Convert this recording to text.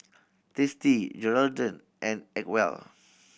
Tasty Geraldton and Acwell